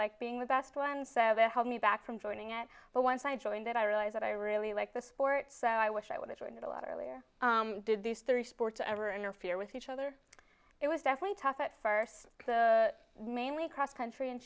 like being the best one so that held me back from joining it but once i joined it i realized that i really like the sport so i wish i would enter into the lot earlier did these three sports or interfere with each other it was definitely tough at first mainly cross country and